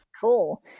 Cool